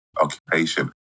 occupation